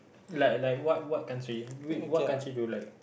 like like what what country whi~ what country do you like